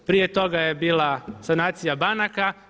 Prije toga je bila sanacija banaka.